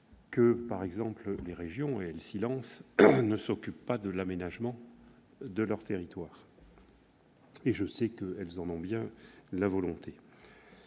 point, par exemple, que les régions- et elles se lancent -ne s'occupent pas de l'aménagement de leur territoire. Et je sais qu'elles en ont bien la volonté.